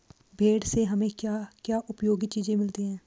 भेड़ से हमें क्या क्या उपयोगी चीजें मिलती हैं?